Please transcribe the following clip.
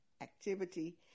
activity